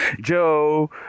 Joe